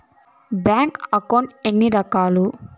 bank account ఎన్ని రకాలు